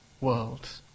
world